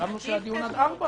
הישיבה נעולה.